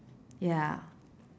ya